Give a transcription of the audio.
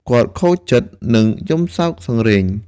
គាត់ខូចចិត្ត និងយំសោកសង្រេង។